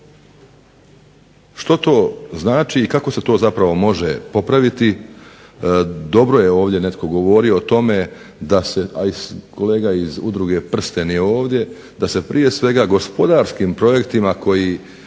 Što to znači kako se to zapravo može popraviti dobro je ovdje netko govorio o tome, a i kolega iz udruge Prsten je ovdje da se prije svega gospodarskim projektima koji